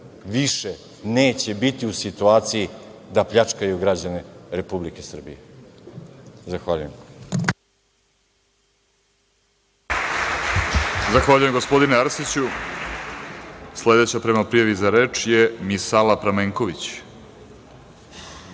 više neće biti u situaciji da pljačkaju građane Republike Srbije. Zahvaljujem. **Vladimir Orlić** Zahvaljujem gospodine Arsiću. Sledeća prema prijavi za reč je Misala Pramenković.